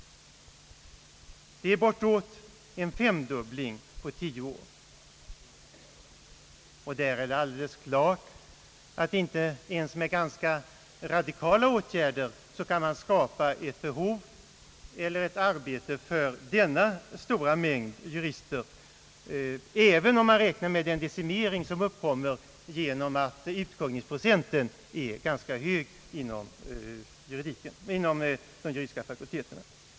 Det är bortåt en femdubbling på tio år. Det är alldeles klart att man inte ens med ganska radikala åtgärder kan skapa ett behov av eller arbete för denna stora mängd jurister, även om man räknar med den decimering som uppkommer genom att utkuggningsprocenten är ganska hög inom de juridiska fakulteterna.